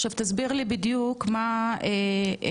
עכשיו תסביר לי בדיוק מה המעמד,